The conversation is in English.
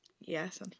Yes